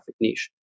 niche